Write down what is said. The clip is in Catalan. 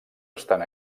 estan